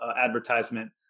advertisement